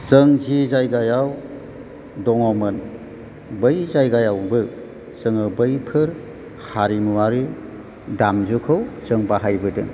जों जि जायगायाव दङमोन बै जायगायावबो जोङो बैफोर हारिमुवारि दामजुखौ जों बाहायबोदों